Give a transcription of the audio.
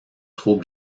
trouve